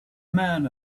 man